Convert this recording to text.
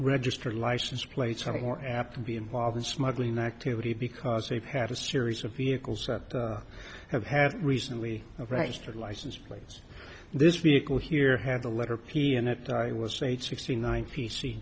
register license plates are more apt to be involved in smuggling activity because they've had a series of vehicles that have had recently registered license plates this vehicle here had the letter p and it was states sixty nine p c